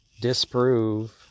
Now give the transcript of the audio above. disprove